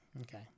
Okay